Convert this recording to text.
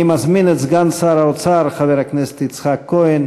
אני מזמין את סגן שר האוצר חבר הכנסת יצחק כהן